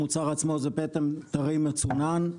המוצר עצמו זה פטם טרי מצונן,